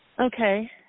Okay